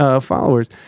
followers